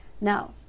Now